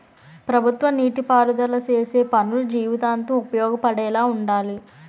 ప్రభుత్వ నీటి పారుదల సేసే పనులు జీవితాంతం ఉపయోగపడేలా వుండాలి